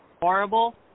horrible